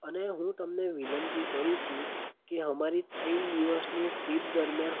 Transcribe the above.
અને હું તમને વિનંતી કરું છું કે અમારી ત્રણ દિવસની ટ્રીપ દરમિયાન